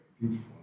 Beautiful